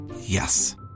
Yes